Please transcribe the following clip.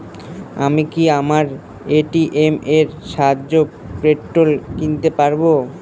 আমি কি আমার এ.টি.এম এর সাহায্যে পেট্রোল কিনতে পারব?